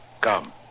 Come